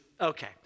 okay